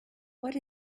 what